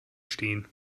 stehen